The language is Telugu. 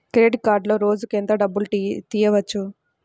క్రెడిట్ కార్డులో రోజుకు ఎంత డబ్బులు తీయవచ్చు?